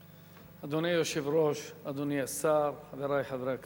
אדוני היושב-ראש, אדוני השר, חברי חברי הכנסת,